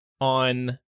on